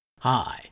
Hi